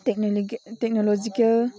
technological